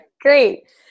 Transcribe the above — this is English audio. great